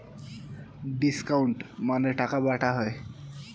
discount মানে টাকা বাটা হয়